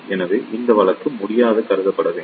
எனவே இந்த வழக்கு முடியாது கருதப்பட வேண்டும்